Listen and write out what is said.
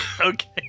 Okay